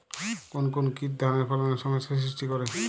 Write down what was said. কোন কোন কীট ধানের ফলনে সমস্যা সৃষ্টি করে?